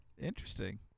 Interesting